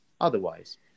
otherwise